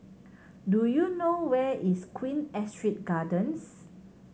do you know where is Queen Astrid Gardens